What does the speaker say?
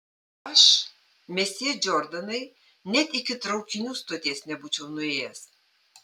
aš mesjė džordanai net iki traukinių stoties nebūčiau nuėjęs